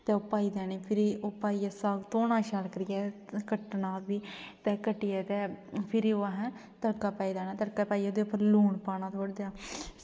ते पाई लैनी फिर साग धोना शैल करियै ते कट्टना बी ते भिरी ओह् कट्टियै ते तड़का पाना ते तड़कियै फिर ओह्दे उप्पर लून पाना ते